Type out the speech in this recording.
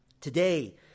Today